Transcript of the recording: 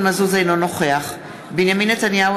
אינו נוכח בנימין נתניהו,